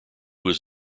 was